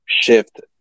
shift